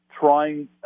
trying